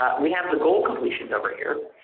we have the goal completions over here.